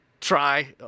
try